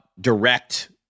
direct